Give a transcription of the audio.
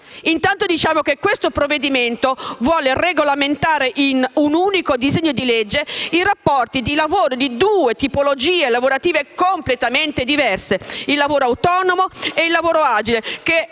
Intanto diciamo che questo provvedimento vuole regolamentare in un unico disegno di legge i rapporti di lavoro di due tipologie lavorative completamente diverse: il lavoro autonomo e il lavoro agile.